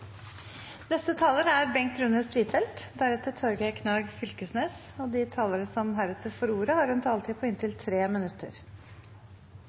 De talere som heretter får ordet, har en taletid på inntil 3 minutter.